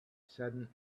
sudden